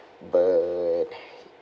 but